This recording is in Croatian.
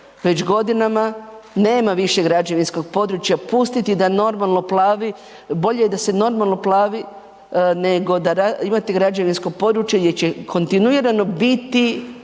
već godinama nema više građevinskog područja, pustiti da normalno plavi, bolje je da se normalno plavi nego da imate građevinsko područje gdje kontinuirano biti